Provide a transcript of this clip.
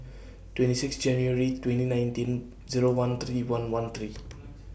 twenty six January twenty nineteen Zero one three one one three